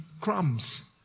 crumbs